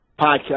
Podcast